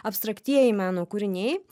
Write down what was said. abstraktieji meno kūriniai